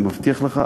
אני מבטיח לך,